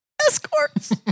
Escorts